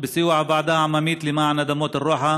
בסיוע הוועדה העממית למען אדמות אל רוחה,